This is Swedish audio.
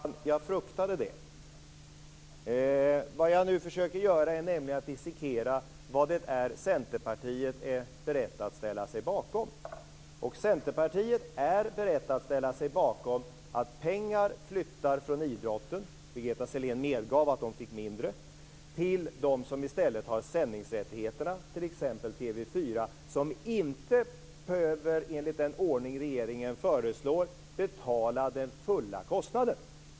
Fru talman! Jag fruktade det. Vad jag försöker göra är nämligen att dissekera vad Centerpartiet är berett att ställa sig bakom. Centerpartiet är berett att ställa sig bakom att pengar flyttar från idrotten - Birgitta Sellén medgav att de får mindre - till dem som i stället har sändningsrättigheterna, t.ex. TV 4. De behöver inte, enligt den ordning regeringen föreslår, betala den fulla kostnaden.